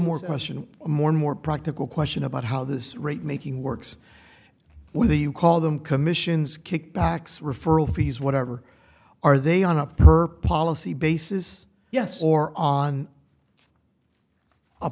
question more and more practical question about how this rate making works with you call them commissions kickbacks referral fees whatever are they on up her policy basis yes or on a